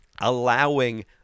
allowing